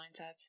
mindsets